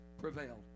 prevailed